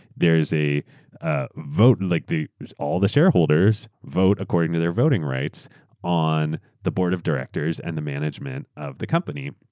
there is a ah vote. like all the shareholders vote according to their voting rights on the board of directors and the management of the company.